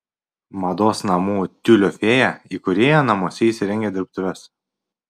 mados namų tiulio fėja įkūrėja namuose įsirengė dirbtuves